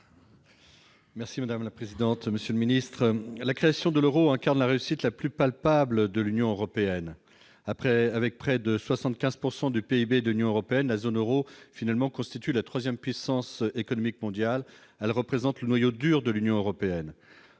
Merci madame la présidente, monsieur le ministre, la création de l'Euro incarne la réussite la plus palpable de l'Union européenne après avec près de 75 pourcent du PIB de l'Union européenne, la zone Euro finalement constitue la 3ème puissance économique mondiale, elle représente le noyau dur de l'Union européenne,